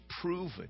proven